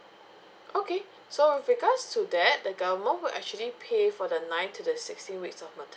okay so with regards to that the government will actually pay for the nine to the sixteen weeks of mater~